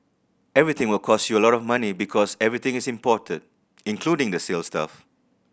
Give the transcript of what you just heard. everything will cost you a lot of money because everything is imported including the sales staff